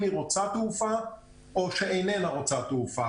היא רוצה תעופה או שאיננה רוצה תעופה.